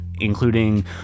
including